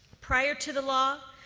prior to the law,